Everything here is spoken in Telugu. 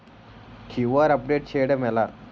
క్యూ.ఆర్ అప్డేట్ చేయడం ఎలా?